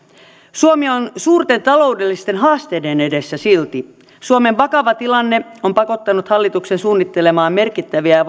suomi on suurten taloudellisten haasteiden edessä silti suomen vakava tilanne on pakottanut hallituksen suunnittelemaan merkittäviä